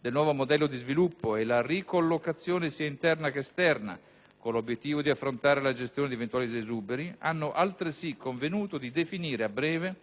del nuovo modello di sviluppo e la ricollocazione sia interna che esterna, (con l'obiettivo di affrontare la gestione di eventuali esuberi) hanno altresì convenuto di definire, a breve,